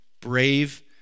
brave